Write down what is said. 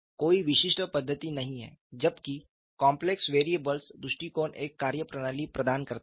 कोई विशिष्ट पद्धति नहीं है जबकि कॉम्प्लेक्स वेरिएबल्स दृष्टिकोण एक कार्यप्रणाली प्रदान करता है